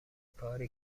کاری